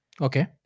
Okay